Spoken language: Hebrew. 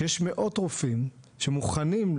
שיש מאות רופאים שמוכנים ,